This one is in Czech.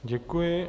Děkuji.